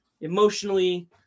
emotionally